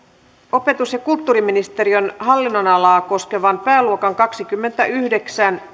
opetus ja kulttuuriministeriön hallinnonalaa koskeva pääluokka kaksikymmentäyhdeksän